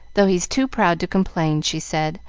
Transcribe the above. though he's too proud to complain, she said,